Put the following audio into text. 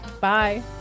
Bye